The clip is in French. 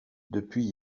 depuis